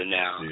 now